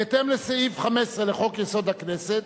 בהתאם לסעיף 15 לחוק-יסוד: הכנסת